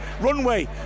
runway